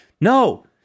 No